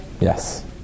Yes